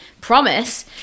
promise